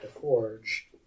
forge